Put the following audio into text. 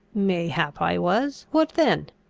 mayhap i was. what then?